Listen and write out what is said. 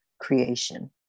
creation